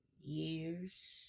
years